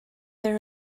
there